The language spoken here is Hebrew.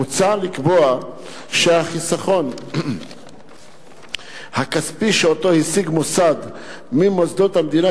מוצע לקבוע שהחיסכון הכספי שהשיג מוסד ממוסדות המדינה